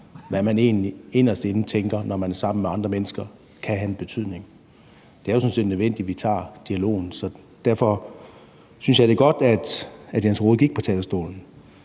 egentlig inderst inde tænker, når man er sammen med andre mennesker, kan have en betydning. Det er jo sådan set nødvendigt, at vi tager dialogen, så derfor synes jeg, det er godt, at Jens Rohde gik på talerstolen.